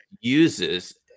uses